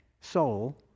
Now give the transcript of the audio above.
soul